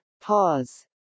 pause